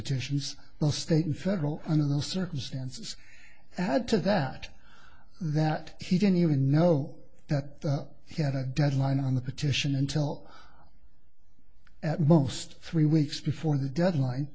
petitions the state and federal under the circumstances add to that that he didn't even know that he had a deadline on the petition intel at most three weeks before the deadline